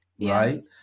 right